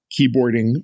keyboarding